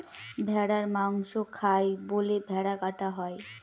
ভেড়ার মাংস খায় বলে ভেড়া কাটা হয়